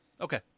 Okay